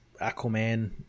Aquaman